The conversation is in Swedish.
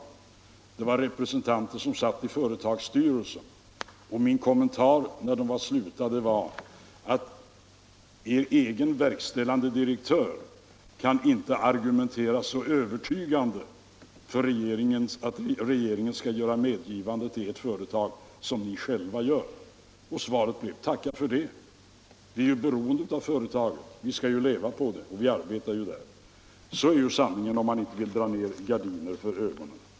Min kommentar när representanter som satt i företagsstyrelsen slutat tala var: Inte ens er egen verkställande direktör kan argumentera så övertygande för att regeringen skall göra medgivande till ert företag som ni själva gör. Svaret blev: Tacka för det! Vi är ju beroende av företaget. Vi skall leva på det och vi arbetar där. — Sådan är sanningen om man inte vill dra ner gardiner för ögonen.